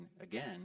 again